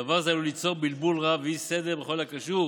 דבר זה עלול ליצור בלבול רב ואי-סדר בכל הקשור